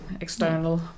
external